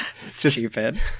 Stupid